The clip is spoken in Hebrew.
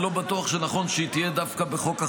אני לא בטוח שנכון שהיא תהיה דווקא בחוק החברות,